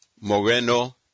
Moreno